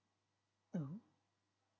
oh